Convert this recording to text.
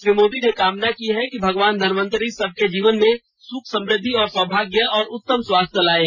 श्री मोदी ने कामना की है कि भगवान धनवन्तरी सबके जीवन में सुख समृद्धि सौभाग्य और उत्तम स्वास्थ्य लाएं